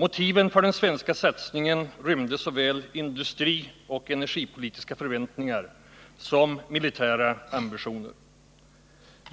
Motiven för den svenska satsningen rymde såväl industrioch energipolitiska förväntningar som militära ambitioner.